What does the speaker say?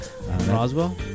Roswell